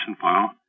file